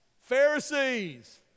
Pharisees